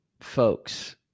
folks